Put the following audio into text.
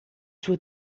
suo